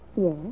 Yes